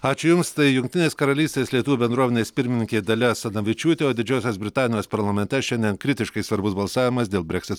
ačiū jums tai jungtinės karalystės lietuvių bendruomenės pirmininkė dalia asanavičiūtė o didžiosios britanijos parlamente šiandien kritiškai svarbus balsavimas dėl breksit